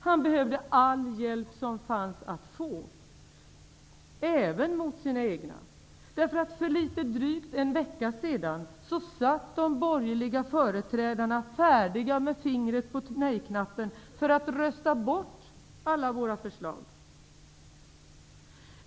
Han behövde all hjälp som fanns att få -- även mot sina egna. För litet drygt en vecka sedan satt de borgerliga företrädarna färdiga med fingret på nejknappen för att rösta bort alla våra förslag.